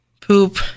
poop